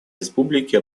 республики